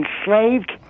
enslaved